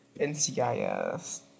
NCIS